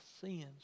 sins